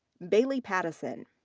bailey pattison.